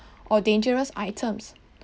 or dangerous items